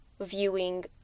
viewing